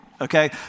okay